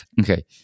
Okay